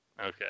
Okay